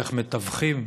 דרך מתווכים,